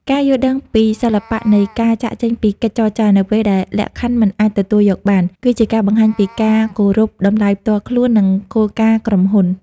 ការយល់ដឹងពីសិល្បៈនៃ "ការចាកចេញពីកិច្ចចរចា" នៅពេលដែលលក្ខខណ្ឌមិនអាចទទួលយកបាន គឺជាការបង្ហាញពីការគោរពតម្លៃផ្ទាល់ខ្លួន និងគោលការណ៍ក្រុមហ៊ុន។